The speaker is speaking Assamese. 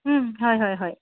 হয় হয় হয়